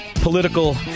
Political